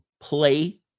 play